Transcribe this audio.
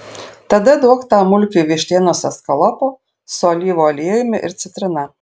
tada duok tam mulkiui vištienos eskalopo su alyvų aliejumi ir citrina